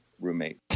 roommate